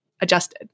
adjusted